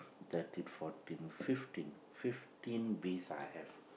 thirteen fourteen fifteen fifteen bees I have